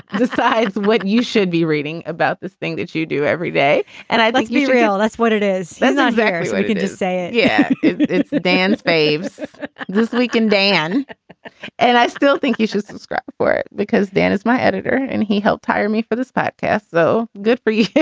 decides what you should be reading about this thing that you do every day and let's like be real. that's what it is. that's not fair. i can just say yeah it's dan's faves this week. and dan and i still think you should subscribe for it because dan is my editor and he helped hire me for this podcast, though good for you.